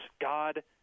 God